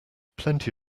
plenty